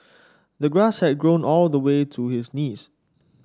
the grass had grown all the way to his knees